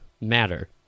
matter